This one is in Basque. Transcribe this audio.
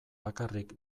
bakarrik